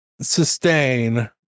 sustain